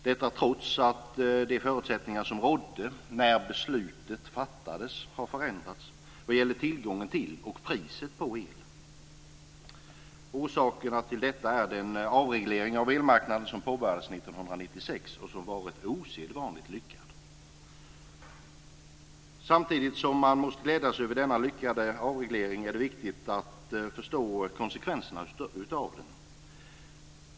Detta är trots att de förutsättningar som rådde när beslutet fattades har förändrats vad gäller tillgången till och priset på el. Orsakerna till detta är den avreglering av elmarknaden som påbörjades 1996 och som har varit osedvanligt lyckad. Samtidigt som man måste glädja sig över denna lyckade avreglering är det viktigt att förstå konsekvenserna av den.